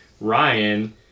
Ryan